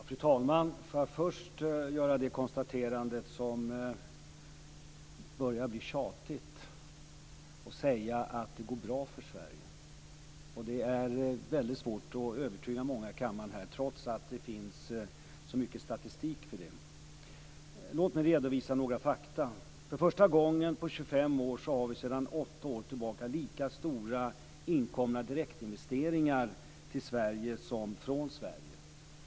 Fru talman! Låt mig först göra ett konstaterande som börjar bli tjatigt, nämligen att det går bra för Sverige. Det är väldigt svårt att övertyga många här i kammaren om det, trots att det finns så mycket statistik om det. Låt mig redovisa några fakta. För första gången på 25 år har vi sedan 8 år tillbaka lika stora inkomna direktinvesteringar till Sverige som från Sverige.